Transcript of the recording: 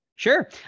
Sure